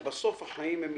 בסוף, החיים הם איזונים.